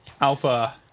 Alpha